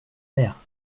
père